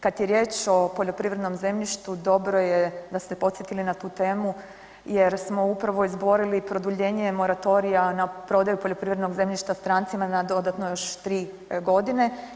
Kad je riječ o poljoprivrednom zemljištu dobro je da ste podsjetili na tu temu jer smo upravo izborili produljenje moratorija na prodaju poljoprivrednog zemljišta strancima na dodatno još 3 godine.